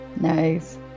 Nice